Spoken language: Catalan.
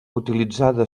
utilitzada